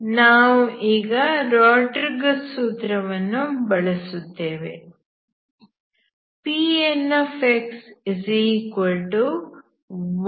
ನಾವು ಈಗ ರೊಡ್ರಿಗಸ್ ಸೂತ್ರ Rodrigues' formula ವನ್ನು ಬಳಸುತ್ತೇವೆ Pnx12nn